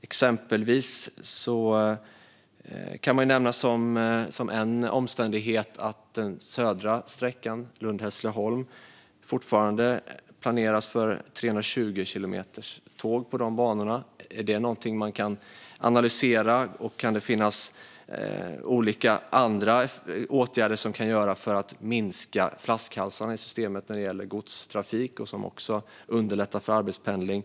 Exempelvis kan man nämna som en omständighet att den södra sträckan Lund-Hässleholm fortfarande planeras för tåg med hastigheten 320 kilometer i timmen på banorna. Det är någonting som man kan analysera. Kan det finnas olika andra åtgärder som kan göras för att minska flaskhalsarna i systemet när det gäller godstrafik och som också underlättar för arbetspendling?